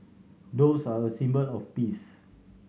doves are a symbol of peace